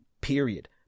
period